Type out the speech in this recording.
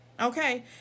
Okay